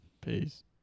Peace